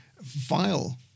vile